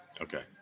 Okay